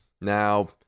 Now